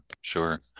sure